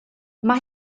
mae